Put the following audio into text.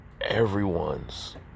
everyone's